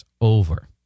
over